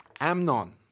Amnon